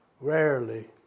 rarely